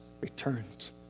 returns